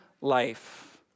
life